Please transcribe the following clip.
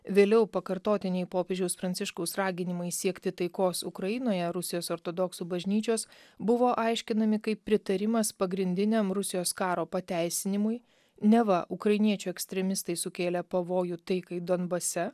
vėliau pakartotiniai popiežiaus pranciškaus raginimai siekti taikos ukrainoje rusijos ortodoksų bažnyčios buvo aiškinami kaip pritarimas pagrindiniam rusijos karo pateisinimui neva ukrainiečių ekstremistai sukėlė pavojų taikai donbase